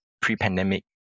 pre-pandemic